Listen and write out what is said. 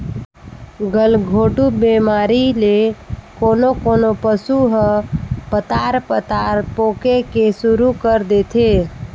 गलघोंटू बेमारी ले कोनों कोनों पसु ह पतार पतार पोके के सुरु कर देथे